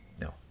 No